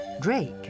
Drake